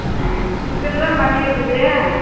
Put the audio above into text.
ஆ இதில் தான் பண்ணி இருக்குது